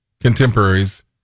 contemporaries